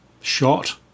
shot